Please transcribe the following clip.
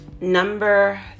Number